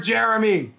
Jeremy